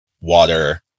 water